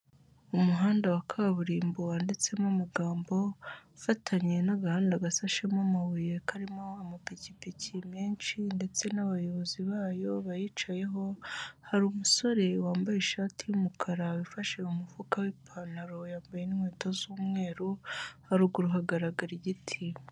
Umuhanda wa kaburimbo wanditsemo amagambo, ufatanye n'agahanda gasashemo amabuye karimo amapikipiki menshi ndetse n'abayobozi bayo bayicayeho, hari umusore wambaye ishati y'umukara wifashe mu mufuka w'ipantaro yambaye n'inkweto z'umweru, haruguru haragaragara igiti.